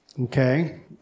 Okay